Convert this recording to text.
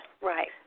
right